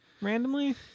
randomly